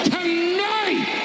Tonight